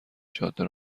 جاده